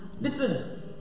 Listen